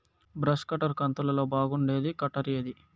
Brush cutter కంతులలో బాగుండేది cutter ఏది?